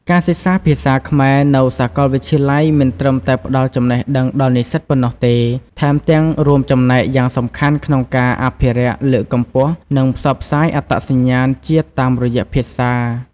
ការសិក្សាភាសាខ្មែរនៅសាកលវិទ្យាល័យមិនត្រឹមតែផ្តល់ចំណេះដឹងដល់និស្សិតប៉ុណ្ណោះទេ ថែមទាំងរួមចំណែកយ៉ាងសំខាន់ក្នុងការ អភិរក្ស លើកកម្ពស់ និង ផ្សព្វផ្សាយ អត្តសញ្ញាណជាតិតាមរយៈភាសា។